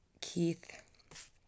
Keith